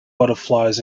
butterflies